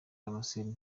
damascene